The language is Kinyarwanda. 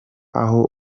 aho